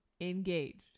engaged